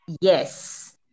Yes